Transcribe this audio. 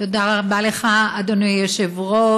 תודה רבה לך, אדוני היושב-ראש.